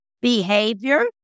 behavior